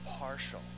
partial